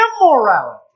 immorality